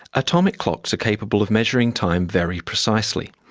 atomic clocks are capable of measuring time very precisely,